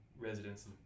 residents